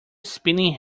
spinning